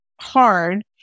hard